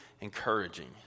encouraging